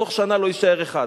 תוך שנה לא יישאר אחד.